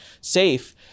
safe